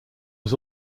was